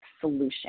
solution